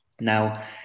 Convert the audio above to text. now